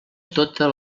tota